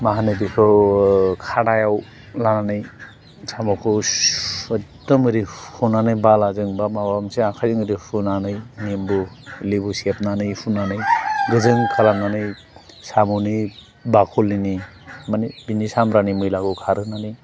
मा होनो बेखौ खादायाव लानानै साम'खौ एकदम ओरै हुख'नानै बालाजों बा माबा मोनसे आखायजों हुनानै निमबु लिबु सेबनानै हुनानै गोजों खालामनानै साम'नि बाख'लिनि माने बिनि सामब्रानि मैलाखौ खारहोनानै